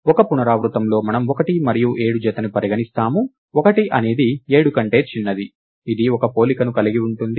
ఒక పునరావృతంలో మనము 1 మరియు 7 జతని పరిగణిస్తాము 1 అనేది 7 కంటే చిన్నది ఇది ఒక పోలికను కలిగి ఉంటుంది